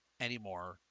anymore